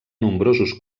nombrosos